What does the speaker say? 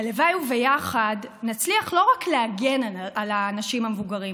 הלוואי שביחד נצליח לא רק להגן על האנשים המבוגרים,